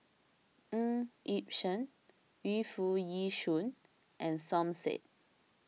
Ng Yi Sheng Yu Foo Yee Shoon and Som Said